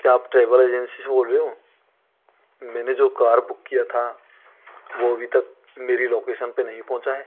क्या आप travel agency से बोल रहे हो मैंने जो कार बुक किया था वह अभी तक मेरी लोकेसन पर नहीं पहुँचा है